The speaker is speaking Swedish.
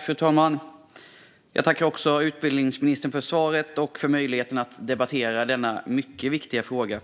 Fru talman! Jag tackar utbildningsministern för svaret och för möjligheten att debattera denna mycket viktiga fråga.